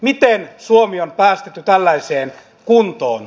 miten suomi on päästetty tällaiseen kuntoon